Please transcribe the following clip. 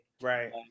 right